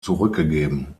zurückgegeben